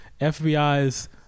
FBI's